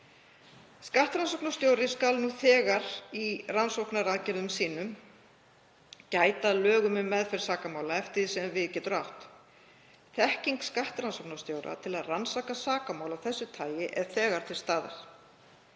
Skattrannsóknarstjóri skal nú þegar í rannsóknaraðgerðum sínum gæta að lögum um meðferð sakamála eftir því sem við getur átt. Þekking skattrannsóknarstjóra til að rannsaka sakamál af þessu tagi er þegar til staðar.